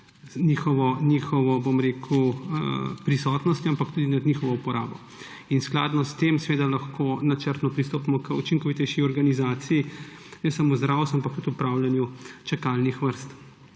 njihovo prisotnostjo, ampak tudi nad njihovo uporabo. In skladno s tem seveda lahko načrtno pristopimo k učinkovitejši organizaciji ne samo zdravstva, ampak tudi odpravljanja čakalnih vrst.